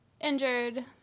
injured